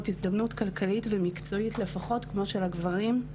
הזדמנות כלכלית ומקצועית לפחות כמו של הדברים.